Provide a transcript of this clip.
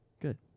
Good